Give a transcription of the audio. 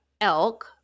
elk